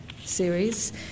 series